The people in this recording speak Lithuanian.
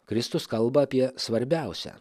kristus kalba apie svarbiausią